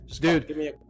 Dude